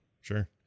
Sure